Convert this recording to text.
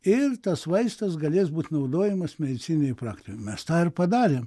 ir tas vaistas galės būti naudojamas medicininėj praktikoj mes tą ir padarėm